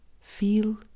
feel